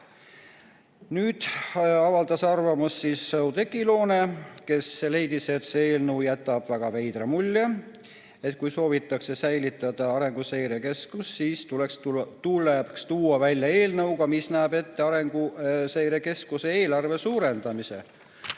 Nüüd avaldas arvamust Oudekki Loone, kes leidis, et see eelnõu jätab väga veidra mulje. Kui soovitakse säilitada Arenguseire Keskus, siis tuleks välja tulla eelnõuga, mis näeb ette Arenguseire Keskuse eelarve suurendamise.